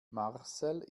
marcel